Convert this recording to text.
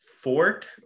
fork